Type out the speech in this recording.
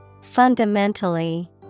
Fundamentally